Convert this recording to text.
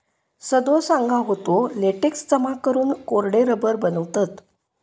सदो सांगा होतो, लेटेक्स जमा करून कोरडे रबर बनवतत